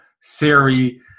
Siri